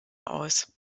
aus